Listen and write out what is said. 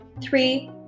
three